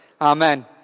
Amen